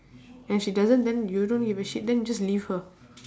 and if she doesn't then you don't give a shit then just leave her